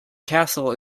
castle